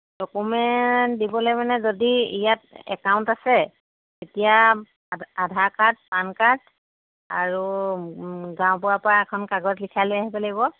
document দিবলৈ মানে যদি ইয়াত একাউণ্ট আছে এতিয়া আধাৰ কাৰ্ড পান কাৰ্ড আৰু গাঁওবুঢ়াৰপৰা এখন কাগজ লিখাই লৈ আহিব লাগিব